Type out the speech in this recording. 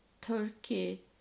turkey